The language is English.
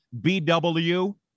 BW